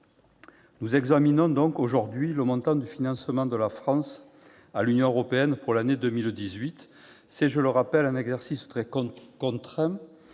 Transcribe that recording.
nous examinons aujourd'hui le montant du financement de la France à l'Union européenne pour l'année 2018. Cet exercice, je le rappelle, est très contraint